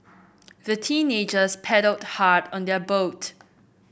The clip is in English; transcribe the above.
the teenagers paddled hard on their boat